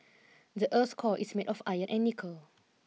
the earth's core is made of iron and nickel